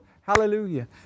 hallelujah